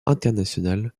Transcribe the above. internationale